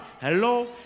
Hello